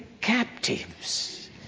captives